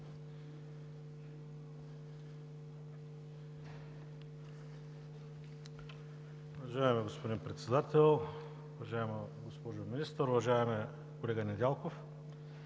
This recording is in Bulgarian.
Уважаеми господин Председател, уважаема госпожо Министър, уважаеми колеги! Госпожо